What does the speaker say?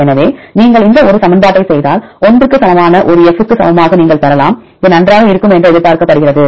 எனவே நீங்கள் இதை ஒரு சமன்பாட்டைச் செய்தால் 1 க்கு சமமான ஒரு F க்கு சமமாக நீங்கள் பெறலாம் இது நன்றாக இருக்கும் என்று எதிர்பார்க்கப்படுகிறது